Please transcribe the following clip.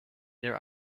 their